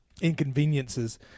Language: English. inconveniences